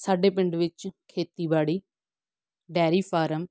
ਸਾਡੇ ਪਿੰਡ ਵਿੱਚ ਖੇਤੀਬਾੜੀ ਡੈਅਰੀ ਫਾਰਮ